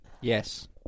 Yes